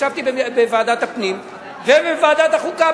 ישבתי בוועדת הפנים ובוועדת החוקה,